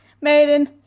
maiden